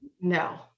No